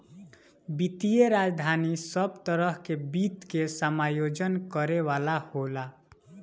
वित्तीय राजधानी सब तरह के वित्त के समायोजन करे वाला होला